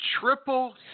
triple